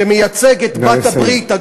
שמייצג את בעלת הברית,